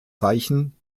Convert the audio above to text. zeichen